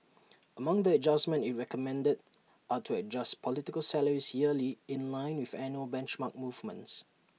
among the adjustments IT recommended are to adjust political salaries yearly in line with annual benchmark movements